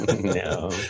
No